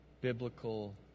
biblical